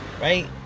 right